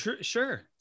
sure